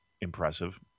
impressive